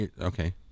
okay